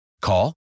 Call